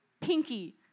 pinky